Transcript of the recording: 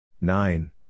Nine